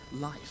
life